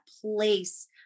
place